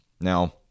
Now